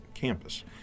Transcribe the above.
Campus